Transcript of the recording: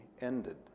ended